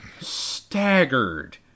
staggered